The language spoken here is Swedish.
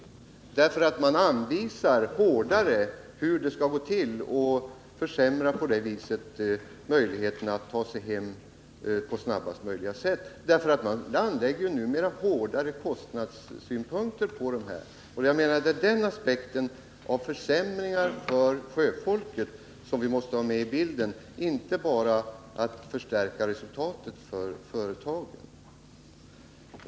Man kommer med strängare anvisningar om hur hemresan skall gå till, och försämrar på det sättet möjligheterna att ta sig hem på snabbaste möjliga sätt. Man anlägger numera alltså hårdare kostnadssynpunkter på hemresorna. Den aspekten — att man åstadkommer försämringar för sjöfolket — måste vi ha med i bilden och inte bara se till intresset att förstärka resultatet för företaget.